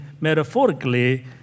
metaphorically